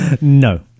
no